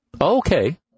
Okay